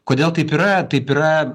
kodėl taip yra taip yra